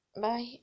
Bye